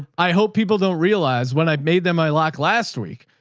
i hope people don't realize when i've made them. i lock last week.